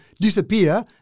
disappear